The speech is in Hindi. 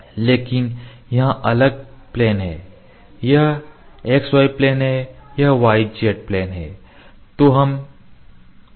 लेकिन यहाँ अलग प्लेन है यह xy प्लेन है यह yz प्लेन है